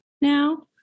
now